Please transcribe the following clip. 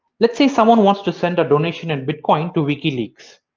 let's say someone wants to send a donation in bitcoin to wikileaks.